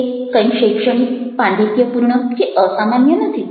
તે કંઈ શૈક્ષણિક પાંડિત્યપૂર્ણ કે અસામાન્ય નથી